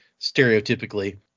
stereotypically